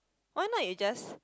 why not you just